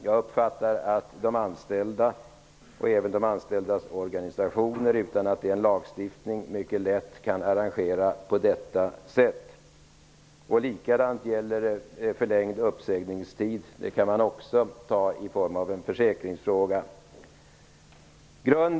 Jag anser att de anställda och deras organisationer mycket lätt kan arrangera saken på detta sätt utan lagstiftning. Samma sak gäller förlängd uppsägningstid. Det kan man också göra till en försäkringsfråga.